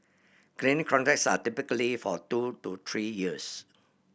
cleaning contracts are typically for two to three years